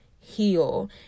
heal